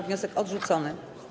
Wniosek odrzucony.